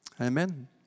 Amen